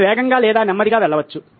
ఆమె వేగంగా లేదా నెమ్మదిగా వెళ్ళవచ్చు